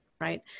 right